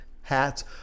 Hats